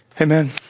Amen